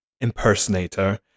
impersonator